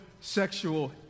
sexual